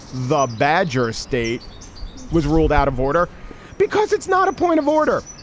the badger state was ruled out of order because it's not a point of order.